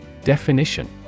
Definition